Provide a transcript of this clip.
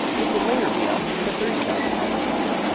this would later be up to thirty thousand dollars a year.